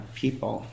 people